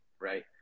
right